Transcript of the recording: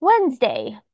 Wednesday